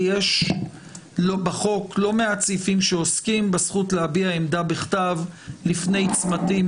כי יש בחוק לא מעט סעיפים שעוסקים בזכות להביע עמדה בכתב לפני צמתים